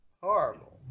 Horrible